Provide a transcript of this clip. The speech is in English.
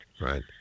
Right